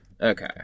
Okay